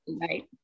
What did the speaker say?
right